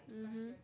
mmhmm